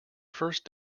first